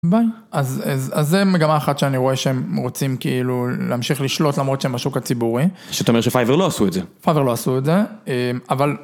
ביי. אז זה מגמה אחת שאני רואה שהם רוצים כאילו להמשיך לשלוט למרות שהם בשוק הציבורי. שאתה אומר שפייבר לא עשו את זה. פייבר לא עשו את זה, אבל...